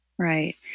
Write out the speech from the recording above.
Right